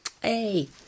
Hey